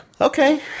Okay